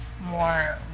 more